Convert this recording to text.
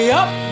up